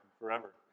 forever